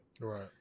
Right